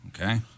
Okay